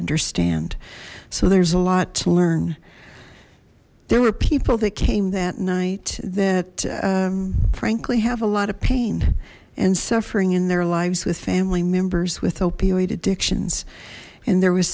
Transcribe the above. understand so there's a lot to learn there were people that came that night that frankly have a lot of pain and suffering in their lives with family members with opioid addictions and there was